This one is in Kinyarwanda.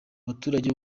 abaturage